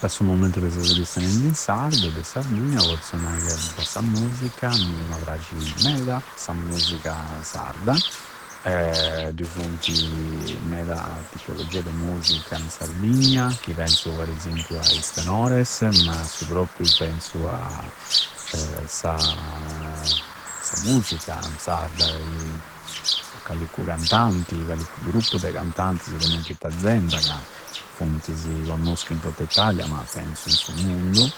De su momentu ca sesus chistionendi in sardu e de Sardigna pozzu nai ca po sa musica a mimma prasci meda sa musca sarda, dui funti meda tipologia de musica in Sardigna, chi penzu po esempiu a is tenores, ma a su proppriu penzu a sa musica sarda e callincu cantanti e callincu gruppu de cantantisi commenti i Tanzenda, ca funtisi connoschiu in tottu Italia, ma penzu in su mundu.